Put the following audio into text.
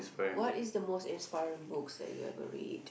what is the most inspiring books that you ever read